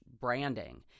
branding